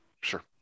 Sure